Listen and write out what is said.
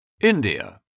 India